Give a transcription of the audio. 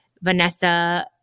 Vanessa